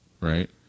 Right